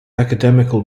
academical